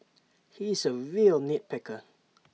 he is A real nit picker